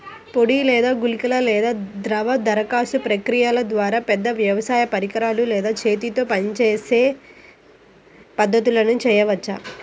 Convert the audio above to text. పొడి లేదా గుళికల లేదా ద్రవ దరఖాస్తు ప్రక్రియల ద్వారా, పెద్ద వ్యవసాయ పరికరాలు లేదా చేతితో పనిచేసే పద్ధతులను చేయవచ్చా?